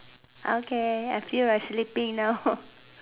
okay I feel like sleeping now